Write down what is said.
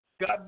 God